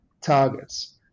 targets